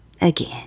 again